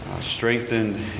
strengthened